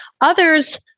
Others